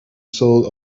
soul